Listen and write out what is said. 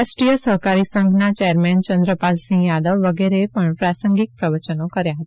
રાષ્ટ્રીય સહકારી સંઘના ચેરમેન ચંદ્રપાલસિંહ યાદવ વગેરે એ પણ પ્રાસંગિક પ્રવચનો કર્યા હતા